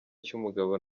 cy’umugabo